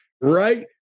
right